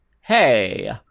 Hey